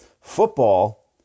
Football